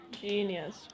genius